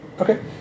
okay